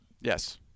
Yes